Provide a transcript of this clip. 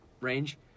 range